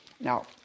Now